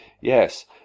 Yes